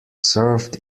served